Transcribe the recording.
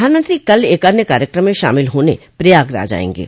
प्रधानमंत्री कल एक अन्य कार्यक्रम में शामिल होने प्रयागराज आयेंगे